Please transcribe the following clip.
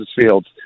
Fields